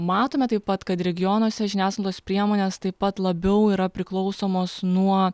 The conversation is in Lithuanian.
matome taip pat kad regionuose žiniasklaidos priemonės taip pat labiau yra priklausomos nuo